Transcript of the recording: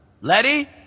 Letty